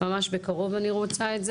ממש בקרוב אני רוצה את זה.